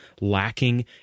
lacking